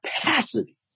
capacity